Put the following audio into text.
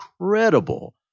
incredible